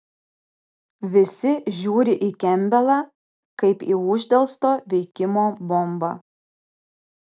visi žiūri į kempbelą kaip į uždelsto veikimo bombą